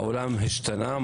העולם השתנה,